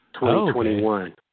2021